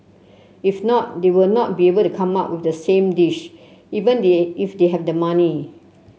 if not they will not be able to come up with the same dish even if they have the money